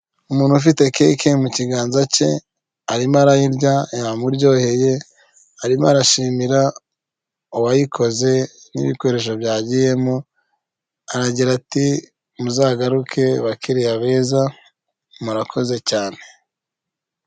Umuntu ufite keke mu kiganza cye, arimo arayirya yamuryoheye, arimo arashimira uwayikoze n'ibikoresho byagiyemo, aragira ati:"Muzagaruke bakiriya beza",murakoze cyane.